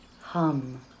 hum